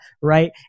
right